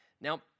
Now